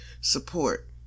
support